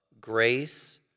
grace